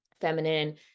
feminine